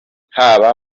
haba